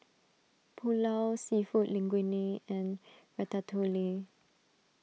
Pulao Seafood Linguine and Ratatouille